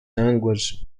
language